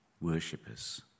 worshippers